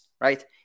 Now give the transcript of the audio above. right